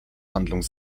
handlung